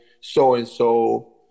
so-and-so